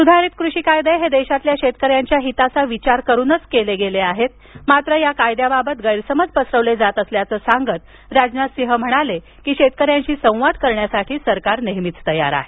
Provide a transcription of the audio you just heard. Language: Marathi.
सुधारित कृषी कायदे हे देशातील शेतकऱ्यांच्या हिताचा विचार करूनच केले गेले आहेत मात्र या कायद्याबाबत गैरसमज पसरवले जात असल्याचं सांगत ते म्हणाले की शेतक यांशी संवाद करण्यास नेहमीच तयार आहे